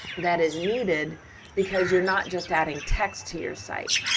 that is needed because you're not just adding text to your site.